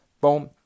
Boom